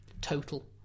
total